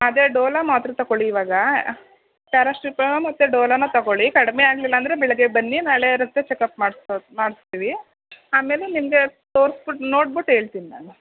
ಅದೇ ಡೊಲೊ ಮಾತ್ರೆ ತಗೊಳ್ಳಿ ಇವಾಗ ಪ್ಯಾರಾ ಸ್ಟ್ರಿಪ್ ಮತ್ತೆ ಡೊಲೊನಾ ತಗೊಳ್ಳಿ ಕಡಿಮೆ ಆಗಿಲ್ಲ ಅಂದರೆ ಬೆಳಗ್ಗೆ ಬನ್ನಿ ನಾಳೆ ಇರುತ್ತೆ ಚೆಕಪ್ ಮಾಡ್ಸಿ ಮಾಡಿಸ್ತೀವಿ ಆಮೇಲೆ ನಿಮಗೆ ತೋರ್ಸ್ಬುಟ್ಟು ನೋಡ್ಬುಟ್ಟು ಹೇಳ್ತಿನ್ ನಾನು